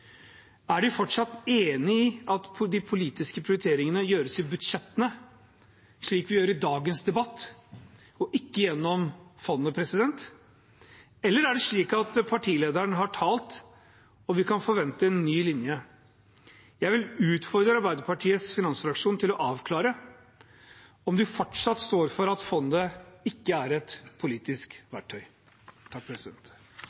Er de fortsatt enig i at de politiske prioriteringene gjøres i budsjettene, slik vi gjør i dagens debatt, og ikke gjennom fondet? Eller er det slik at partilederen har talt, og vi kan forvente en ny linje? Jeg vil utfordre Arbeiderpartiets finansfraksjon til å avklare om de fortsatt står for at fondet ikke er et politisk